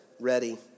ready